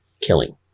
killing